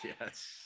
Yes